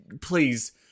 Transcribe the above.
please